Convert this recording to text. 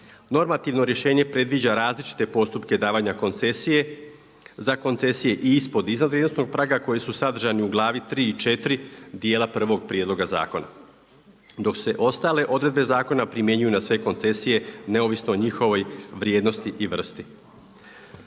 Normativno rješenje predviđa različite postupke davanja koncesije za koncesije i ispod i iznad vrijednosnog praga koji su sadržani u glavi 3 i 4 dijela prvog prijedloga zakona. Dok se ostale odredbe zakona primjenjuju na sve koncesije neovisno o njihovoj vrijednosti i vrsti.